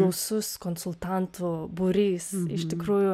gausus konsultantų būrys iš tikrųjų